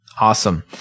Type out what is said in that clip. Awesome